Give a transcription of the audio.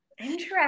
interesting